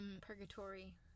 Purgatory